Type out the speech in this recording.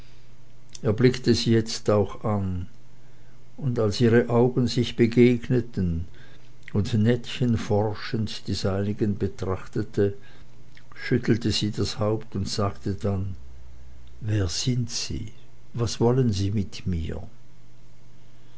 er blickte sie jetzt auch an und als ihre augen sich begegneten und nettchen forschend die seinigen betrachtete schüttelte sie das haupt und sagte dann wer sind sie was wollten sie mit mir